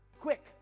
Quick